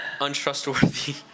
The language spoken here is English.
untrustworthy